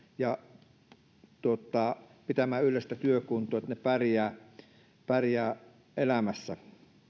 ja pitämään yllä sitä työkuntoa että he pärjäävät elämässä